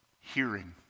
Hearing